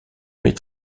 mets